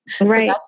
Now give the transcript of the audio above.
Right